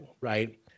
right